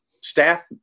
staff